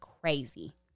crazy